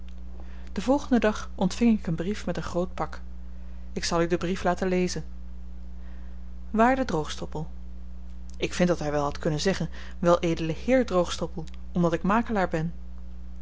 den volgenden dag ontving ik een brief met een groot pak ik zal u den brief laten lezen waarde droogstoppel ik vind dat hy wel had kunnen zeggen weledele heer droogstoppel omdat ik makelaar ben